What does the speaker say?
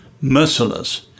merciless